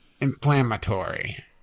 inflammatory